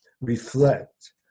reflect